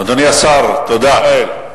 אדוני השר, תודה.